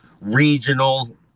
regional